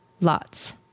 lots